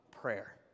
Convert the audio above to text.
prayer